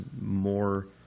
more